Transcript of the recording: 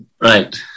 right